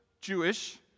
Jewish